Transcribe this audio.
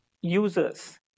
users